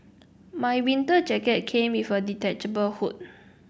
my winter jacket came with a detachable hood